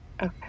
Okay